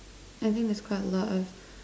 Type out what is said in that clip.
I think there's quite a lot of